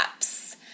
apps